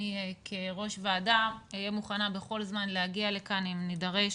אני כראש ועדה אהיה מוכנה בכל זמן להגיע לכאן אם נידרש